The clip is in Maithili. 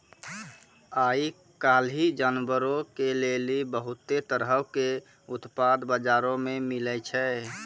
आइ काल्हि जानवरो के लेली बहुते तरहो के उत्पाद बजारो मे मिलै छै